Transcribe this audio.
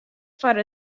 foar